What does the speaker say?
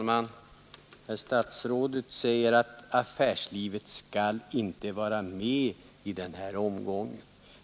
Herr talman! Herr statsrådet säger att affärslivet inte skall vara representerade i den här omgången.